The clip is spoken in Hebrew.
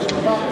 לא,